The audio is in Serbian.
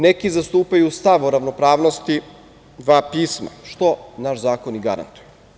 Neki zastupaju stav o ravnopravnosti dva pisma, što naš zakon i garantuje.